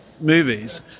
movies